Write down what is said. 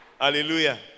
hallelujah